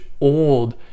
old